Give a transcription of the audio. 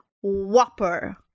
whopper